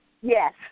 Yes